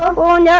ah la and